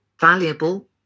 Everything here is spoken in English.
valuable